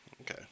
Okay